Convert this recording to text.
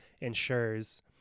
ensures